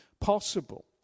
possible